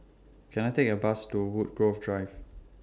Can I Take A Bus to Woodgrove Drive